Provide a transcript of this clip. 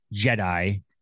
Jedi